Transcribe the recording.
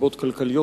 סיבות כלכליות,